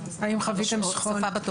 של הוספה בטופס,